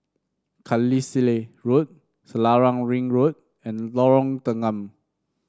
Carlisle Road Selarang Ring Road and Lorong Tanggam